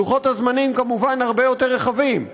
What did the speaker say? לוחות הזמנים כמובן הרבה יותר רחבים.